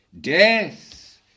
death